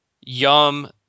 Yum